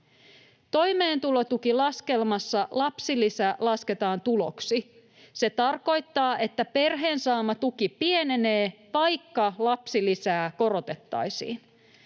Toimeentulotukilaskelmassa lapsilisä lasketaan tuloksi. Se tarkoittaa, että perheen saama tuki pienenee, vaikka lapsilisää korotettaisiin.